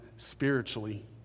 spiritually